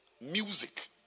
music